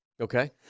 Okay